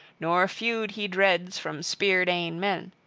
nor feud he dreads from spear-dane men.